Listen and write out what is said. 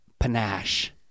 panache